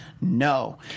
No